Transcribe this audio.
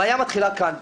הבעיה מתחילה כאן: